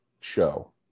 show